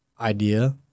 idea